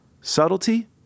Subtlety